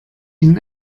ihnen